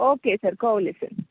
okay sir कोवलें sir